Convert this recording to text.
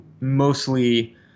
mostly